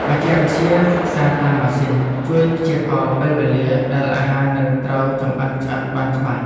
បច្ចេកវិទ្យាសិក្សាតាមម៉ាស៊ីន ជួយព្យាករណ៍ពេលវេលាដែលអាហារនឹងត្រូវចម្អិនឆ្អិនបានច្បាស់។